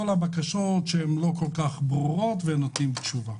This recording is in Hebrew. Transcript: הבקשות שהן לא כל כך ברורות ונותנים תשובה.